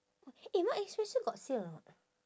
eh mark and spencer got sale or not